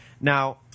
Now